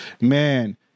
man